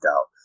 out